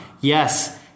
Yes